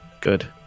Good